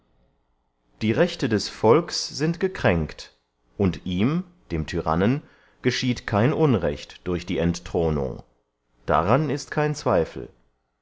die rechte des volks sind gekränkt und ihm dem tyrannen geschieht kein unrecht durch die entthronung daran ist kein zweifel